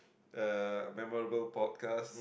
uh memorable podcast